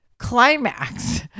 climax